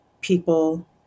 people